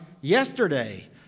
yesterday